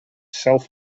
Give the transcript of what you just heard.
self